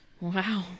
wow